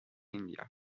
india